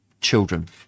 children